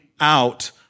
out